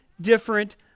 different